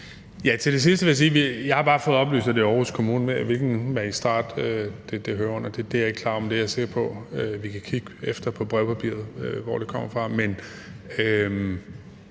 Til det sidste vil jeg sige, at jeg bare har fået oplyst, at det er Aarhus Kommune. Hvilken magistrat det hører under, er jeg ikke klar over, men jeg er sikker på, at vi kan kigge efter på brevpapiret og se, hvor det kommer fra.